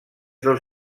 dels